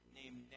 named